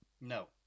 No